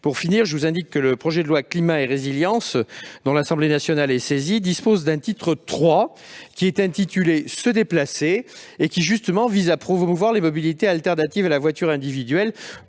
Pour finir, je vous indique que le projet de loi Climat et résilience, dont l'Assemblée nationale est saisie, comprend un titre III intitulé :« Se déplacer ». Il vise justement à promouvoir les mobilités alternatives à la voiture individuelle.